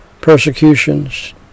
persecutions